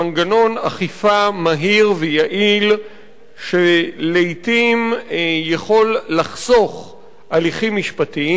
מנגנון אכיפה מהיר ויעיל שלעתים יכול לחסוך הליכים משפטיים.